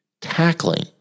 Tackling